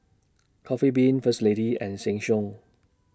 Coffee Bean First Lady and Sheng Siong